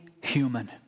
human